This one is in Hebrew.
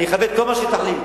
אני אכבד כל מה שתחליט.